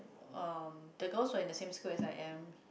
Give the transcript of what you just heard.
um the girls were in the same school as I am